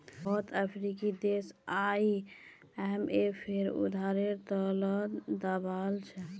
बहुत अफ्रीकी देश आईएमएफेर उधारेर त ल दबाल छ